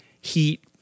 heat